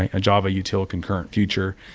a java util concurrent future.